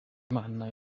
imana